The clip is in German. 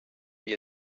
wie